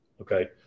Okay